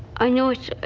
i know it's